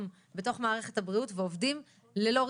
בתוך מערכת הבריאות ועובדים ללא רישיון.